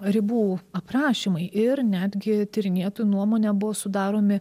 ribų aprašymai ir netgi tyrinėtojų nuomone buvo sudaromi